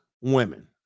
women